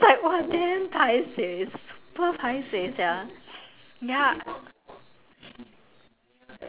then I open the door again the person was staring at me she's like don't worry I'm a girl then I was just like !wah! damn paiseh super